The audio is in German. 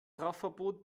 rauchverbot